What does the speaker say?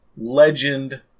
Legend